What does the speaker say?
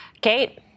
Kate